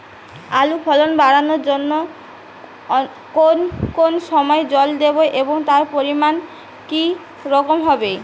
আলুর ফলন বাড়ানোর জন্য কোন কোন সময় জল দেব এবং তার পরিমান কি রকম হবে?